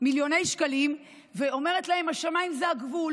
מיליוני שקלים ואומרת להם שהשמיים זה הגבול,